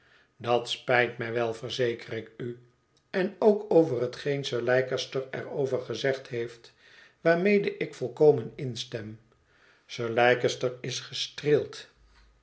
dat spijt mij wel verzeker ik u en ook over hetgeen sir leicester er over gezegd heeft waarmede ik volkomen instem sir leicester is gestreeld